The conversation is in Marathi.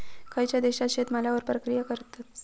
खयच्या देशात शेतमालावर प्रक्रिया करतत?